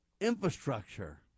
infrastructure